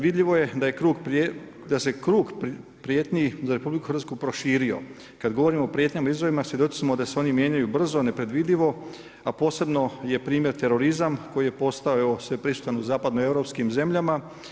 Vidljivo je da se krug prijetnji za RH proširio, kad govorimo o prijetnjama i izazovima, svjedoci smo da se oni mijenjaju brzo, nepredvidljivo, a posebno je primjer terorizam koji je postao sveprisutan u zapadno-europskim zemljama.